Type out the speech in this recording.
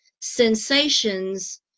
sensations